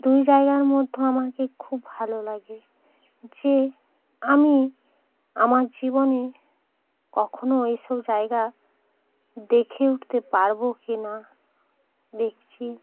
দুই জায়গার মধ্য আমাকে খুব ভালো লাগে যে আমি আমার জীবনে কখনও এসব জায়গা দেখে উঠতে পারব কি না দেখছি